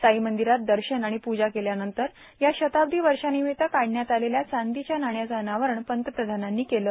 साईर्मांदरात दशन आर्मण पूजा केल्यानंतर या शताब्दां वर्षार्नामत्त काढण्यात आलेल्या चांदांच्या नाण्याचं अनावरण पंतप्रधानांनी केलं